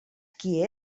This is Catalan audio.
qui